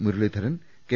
Muraleedharan K